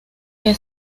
que